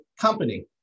company